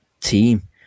team